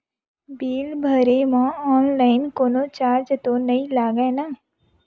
Bill भरे मा online कोनो चार्ज तो नई लागे ना?